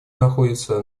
находятся